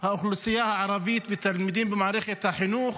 האוכלוסייה הערבית ותלמידים במערכת החינוך